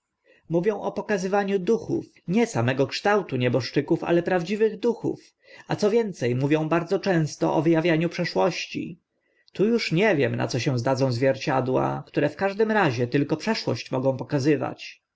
mówią o pokazywaniu duchów nie samego kształtu nieboszczyków ale prawdziwych duchów a co więce mówią bardzo często o wy awianiu przyszłości tu uż nie wiem na co się zdadzą zwierciadła które w każdym razie tylko przeszłość mogą pokazywać